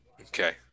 Okay